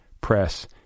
press